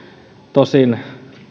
tosin